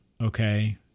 Okay